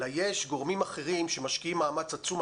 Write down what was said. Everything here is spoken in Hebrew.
אלא יש גורמים אחרים שמשקיעים מאמץ עצום,